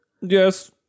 Yes